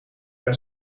ben